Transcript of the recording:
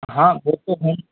हाँ वो तो हम